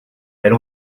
elle